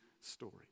story